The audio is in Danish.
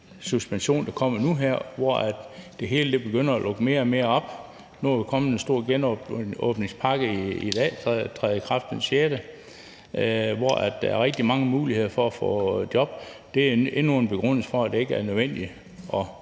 suspension, der kommer nu her, hvor det hele begynder at lukke mere og mere op. Nu er der kommet en stor genåbningspakke i dag, som træder i kraft den 6. maj, hvor der er rigtig mange muligheder for at få job. Det er endnu en begrundelse for, at det ikke er nødvendigt at